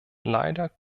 leider